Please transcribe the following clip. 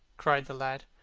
cried the lad.